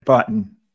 button